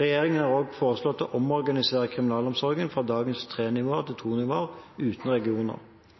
Regjeringen har også foreslått å omorganisere kriminalomsorgen fra dagens tre nivåer til to nivåer, uten regioner.